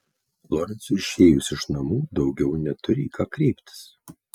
lorencui išėjus iš namų daugiau neturi į ką kreiptis